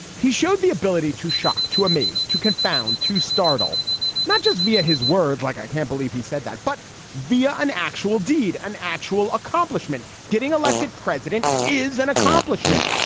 he showed the ability to shock to amaze to confound to startle not just via his words like i can't believe he said that but via an actual deed an actual accomplishment getting elected president is an accomplishment.